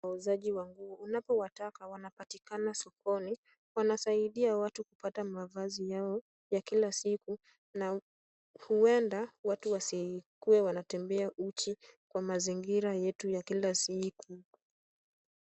Wauzaji wa nguo unapowataka wanapatikana sokoni .Wanasaidia watu kupata mavazi yao ya kila siku na huenda watu wasikuee wanatembea uchi kwa mazingira yetu ya kila siku.